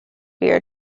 via